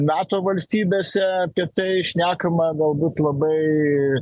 nato valstybėse apie tai šnekama galbūt labai